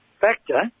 factor